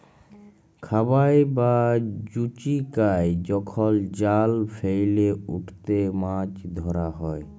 খাবাই বা জুচিকাই যখল জাল ফেইলে উটতে মাছ ধরা হ্যয়